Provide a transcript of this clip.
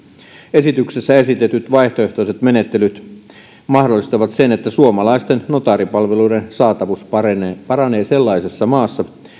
esityksessä esitetyt vaihtoehtoiset menettelyt mahdollistavat sen että suomalaisten notaaripalveluiden saatavuus paranee paranee sellaisessa maassa